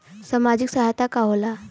सामाजिक सहायता का होला?